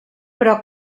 però